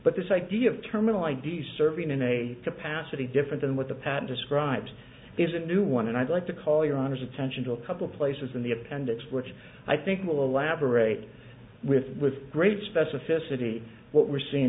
but this idea of terminal i d serving in a capacity different than what the pat described is a new one and i'd like to call your honor's attention to a couple places in the appendix which i think will elaborate with great specificity what we're seeing